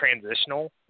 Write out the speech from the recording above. transitional